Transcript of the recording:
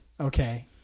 Okay